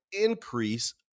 increase